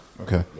Okay